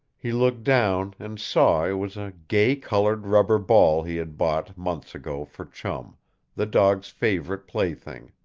he looked down and saw it was a gay-colored rubber ball he had bought, months ago, for chum the dog's favorite plaything.